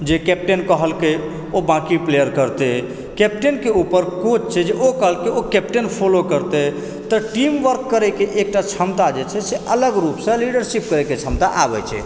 जे कैप्टेन कहलकै ओ बाँकि प्लेयर करतै कैप्टनके ऊपर कोच छै जे ओ कहलकै ओ कैप्टन फोलो करतै तऽ टीम वर्क करए कऽ एकटा क्षमता जे छै से अलग रूपसँ लीडरशिप करै कऽ क्षमता आबए छै